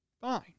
Fine